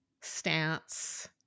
stance